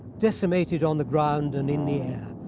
decimated on the ground and in the air.